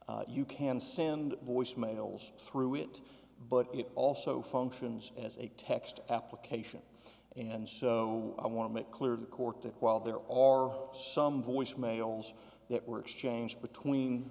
you can send voice mails through it but it also functions as a text application and so i want to make clear to the court that while there are some voice mails it works change between